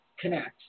connect